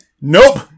Nope